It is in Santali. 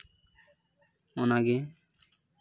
ᱚᱱᱟᱜᱮ